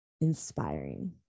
inspiring